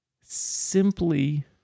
Simply